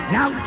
Now